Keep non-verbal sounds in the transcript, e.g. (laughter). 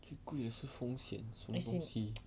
as in (noise)